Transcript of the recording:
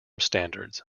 standards